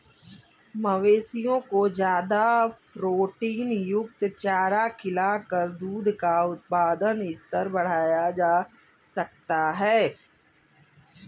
मवेशियों को ज्यादा प्रोटीनयुक्त चारा खिलाकर दूध का उत्पादन स्तर बढ़ाया जा सकता है